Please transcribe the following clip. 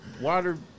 water